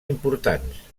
importants